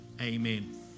amen